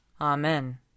Amen